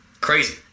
Crazy